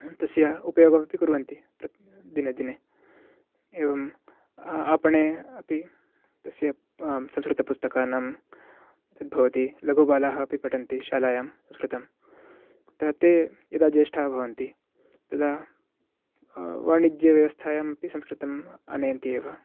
तस्य उपयोगमपि कुर्वन्ति दिने दिने एवं आपणे अपि तस्य सस्कृतपुस्तकानां यद्भवति लघुबालाः अपि पठन्ति शालायां संस्कृतं अतः ते यदा ज्येष्ठाः भवन्ति तदा वाणिज्यव्यवस्थायामपि संस्कृतम् आनयन्ति एव